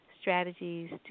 Strategies